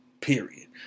period